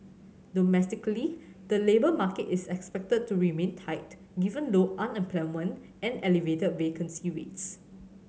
domestically the labour market is expected to remain tight given low unemployment and elevated vacancy rates